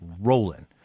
rolling